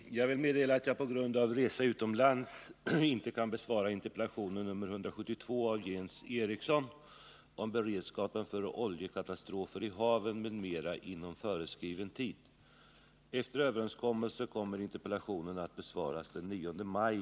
Herr talman! Jag vill meddela att jag på grund av resa utomlands inte inom föreskriven tid kan besvara interpellationen 1979/80:172 av Jens Eriksson om beredskapen för oljekatastrofer i haven, m.m. Efter överenskommelse kommer interpellationen att besvaras den 9 maj.